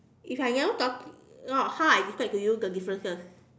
if I never talk uh how I describe to you the differences